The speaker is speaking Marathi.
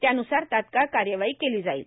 त्यानुसार तत्काळ कायवाही केली जाईल